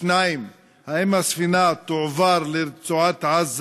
2. האם הספינה תועבר לרצועת-עזה?